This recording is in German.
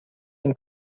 dem